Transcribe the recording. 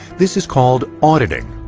this is called auditing,